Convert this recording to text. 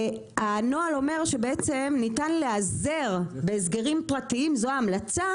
הנוהל אומר שבעצם ניתן להיעזר בהסגרים פרטיים זו ההמלצה,